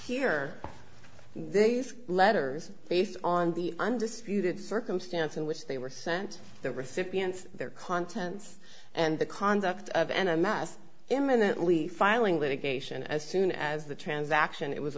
here they are letters based on the undisputed circumstance in which they were sent the recipients their contents and the conduct of an a mass imminently filing litigation as soon as the transaction it was